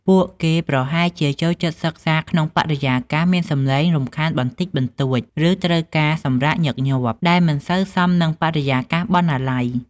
ពួកគេប្រហែលជាចូលចិត្តសិក្សាក្នុងបរិយាកាសមានសម្លេងរំខានបន្តិចបន្តួច ឬត្រូវការសម្រាកញឹកញាប់ ដែលមិនសូវសមនឹងបរិយាកាសបណ្ណាល័យ។